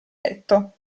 letto